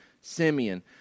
Simeon